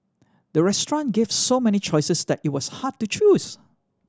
the restaurant gave so many choices that it was hard to choose